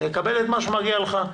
לקבל את מה שמגיע לך,